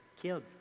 killed